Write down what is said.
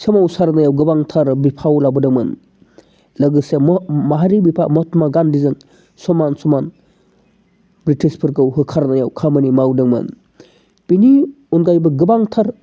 सोमावसारनायाव गोबांथार बिफाव लाबोदोंमोन लोगोसे माहारि बिफा महात्मा गान्धिजों समान समान ब्रिटिशफोरखौ होखारनायाव खामानि मावदोंमोन बेनि अनगायैबो गोबांथार